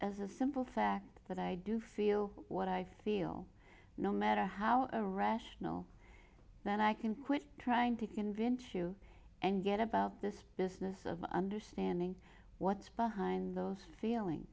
as a simple fact that i do feel what i feel no matter how irrational then i can quit trying to convince you and get about this business of understanding what's behind those feeling